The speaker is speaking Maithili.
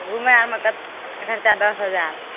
घूमयमे कते खर्चा दस हजार